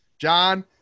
John